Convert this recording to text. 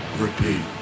repeat